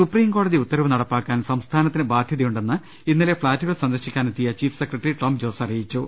സുപ്രീംകോടതി ഉത്തരവ് നടപ്പാക്കാൻ സംസ്ഥാനത്തിന് ബാധ്യത യുണ്ടെന്ന് ഇന്നലെ ഫ്ളാറ്റുകൾ സന്ദർശിക്കാനെത്തിയ ചീഫ് സെക്രട്ടറി ടോം ജോസ് അറിയിച്ചു